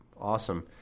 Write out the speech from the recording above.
Awesome